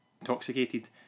intoxicated